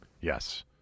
Yes